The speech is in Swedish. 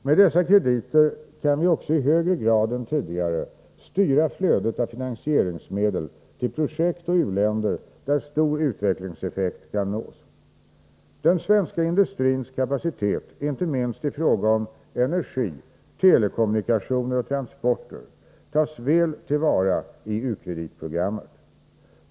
Med dessa krediter kan vi också i högre grad än tidigare styra flödet av finansieringsmedel till projekt och u-länder där stor utvecklingseffekt kan nås. Den svenska industrins kapacitet, inte minst i fråga om energi, telekommunikationer och transporter, tas väl till vara i u-kreditprogrammet.